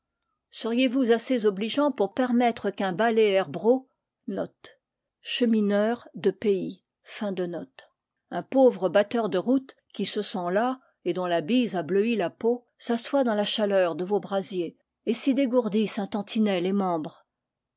seriez-vous assez obligeant pour permettre qu un pauvre batteur de routes qui se sent las et dont la bise a bleui la peau s'assoie dans la chaleur de vos brasiers et s'y dégourdisse un tantinet les membres